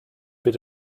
bit